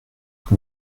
vous